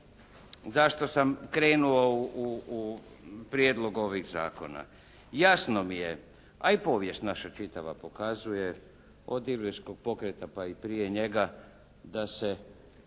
zašto sam krenuo u prijedlog ovih zakona. Jasno mi je, a i povijest naša čitava pokazuje o Ilirskog pokreta pa i prije njega da se